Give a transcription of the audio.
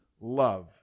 love